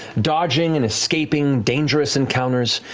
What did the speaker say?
dodging and escaping dangerous encounters,